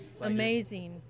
amazing